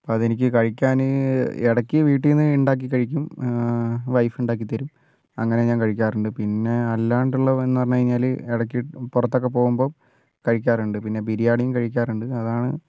അതെനിക്ക് കഴിക്കാൻ ഇടയ്ക്ക് വീട്ടിൽ നിന്ന് ഉണ്ടാക്കി കഴിക്കും വൈഫുണ്ടാക്കിത്തരും അങ്ങനെ ഞാൻ കഴിക്കാറുണ്ട് പിന്നെ അല്ലാണ്ടുള്ളതെന്നു പറഞ്ഞു കഴിഞ്ഞാൽ ഇടയ്ക്ക് പുറത്തൊക്കെ പോവുമ്പം കഴിക്കാറുണ്ട് പിന്നെ ബിരിയാണിയും കഴിക്കാറുണ്ട് അതാണ്